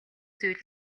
зүйл